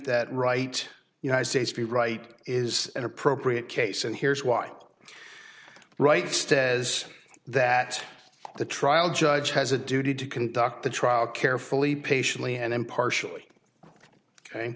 that right united states v right is an appropriate case and here's why right stay as that the trial judge has a duty to conduct the trial carefully patiently and impartially